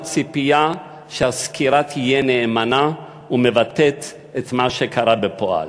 הציפייה היא שהסקירה תהיה נאמנה ומבטאת את מה שקרה בפועל.